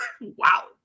Wow